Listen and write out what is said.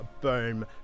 boom